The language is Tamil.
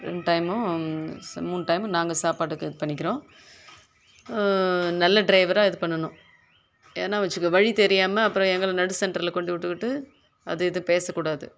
ரெண்டு டைமும் ஸ் மூணு டைமும் நாங்கள் சாப்பாட்டுக்கு இது பண்ணிக்கிறோம் நல்ல டிரைவராக இது பண்ணணும் ஏன்னா வெச்சுக்கோ வழி தெரியாமல் அப்பறம் எங்களை நடு செண்டரில் கொண்டு விட்டுட்டு அது இது பேசக்கூடாது